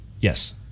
Yes